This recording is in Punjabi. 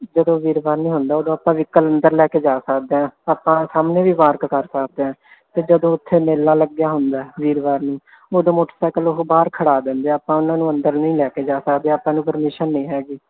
ਜਦੋ ਵੀਰਵਾਰ ਨਹੀਂ ਹੁੰਦਾ ਉਦੋਂ ਆਪਾਂ ਵਿਹਕਲ ਅੰਦਰ ਲੈ ਕੇ ਜਾ ਸਕਦੇ ਆਪਾਂ ਸਾਹਮਣੇ ਵੀ ਪਾਰਕ ਕਰ ਸਕਦੇ ਹਾਂ ਅਤੇ ਜਦੋਂ ਉੱਥੇ ਮੇਲਾ ਲੱਗਿਆ ਹੁੰਦਾ ਵੀਰਵਾਰ ਨੂੰ ਉਦੋਂ ਮੋਟਰਸਾਈਕਲ ਉਹ ਬਾਹਰ ਖੜ੍ਹਾ ਦਿੰਦੇ ਆ ਆਪਾਂ ਉਹਨਾਂ ਨੂੰ ਅੰਦਰ ਨਹੀਂ ਲੈ ਕੇ ਜਾ ਸਕਦੇ ਆਪਾਂ ਨੂੰ ਪਰਮਿਸ਼ਨ ਨਹੀਂ ਹੈਗੀ